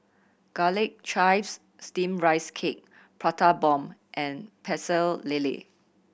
Garlic Chives Steamed Rice Cake Prata Bomb and Pecel Lele